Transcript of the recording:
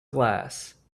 glass